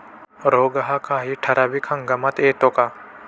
रोग हा काही ठराविक हंगामात येतो का?